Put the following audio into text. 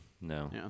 No